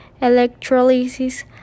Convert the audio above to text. electrolysis